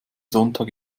sonntag